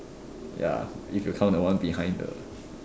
ya if you count that one behind the